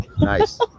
Nice